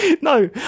No